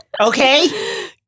Okay